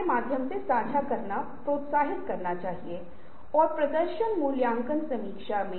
और मूल रूप से मैं फिर से समझाऊंगा कि यह सादृश्य की तरह है